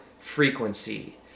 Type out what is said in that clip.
frequency